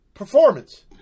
Performance